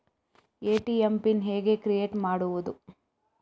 ATM PIN ಹೇಗೆ create ಮಾಡುವುದು?